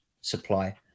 supply